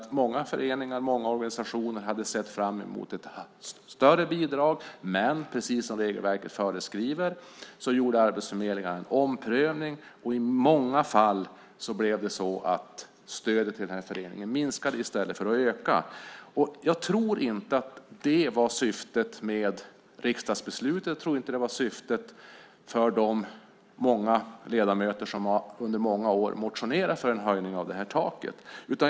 Många föreningar och organisationer hade sett fram emot ett större bidrag, men precis som regelverket föreskriver gjorde arbetsförmedlingarna en omprövning, och i många fall blev det så att stödet till föreningarna minskade i stället för att öka. Jag tror inte att det var syftet med riksdagsbeslutet. Jag tror inte att det var syftet för de många ledamöter som under många år har motionerat för en höjning av taket.